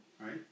right